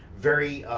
very